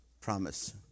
promise